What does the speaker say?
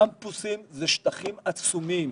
קמפוסים זה שטחים עצומים.